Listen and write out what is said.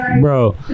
Bro